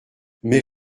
mais